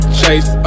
chase